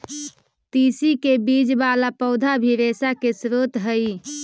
तिस्सी के बीज वाला पौधा भी रेशा के स्रोत हई